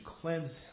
cleanse